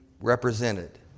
represented